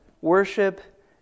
worship